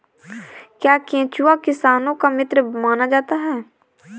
क्या केंचुआ किसानों का मित्र माना जाता है?